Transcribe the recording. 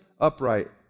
upright